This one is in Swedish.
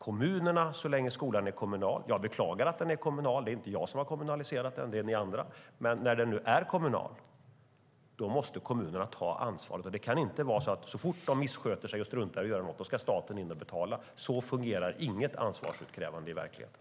Så länge skolan är kommunal måste kommunerna ta ansvaret. Jag beklagar att skolan är kommunal, men det är inte jag som har kommunaliserat den. Det har ni i de andra partierna gjort. Det kan inte vara så att staten ska in och betala så fort kommunerna missköter sig och struntar i att göra något. Så fungerar inget ansvarsutkrävande i verkligheten.